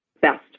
best